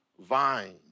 vine